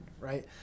right